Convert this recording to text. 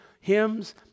hymns